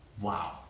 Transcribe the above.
Wow